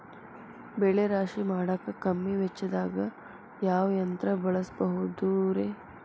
ಬೆಳೆ ರಾಶಿ ಮಾಡಾಕ ಕಮ್ಮಿ ವೆಚ್ಚದಾಗ ಯಾವ ಯಂತ್ರ ಬಳಸಬಹುದುರೇ?